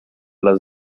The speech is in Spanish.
las